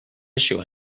issue